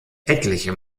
etliche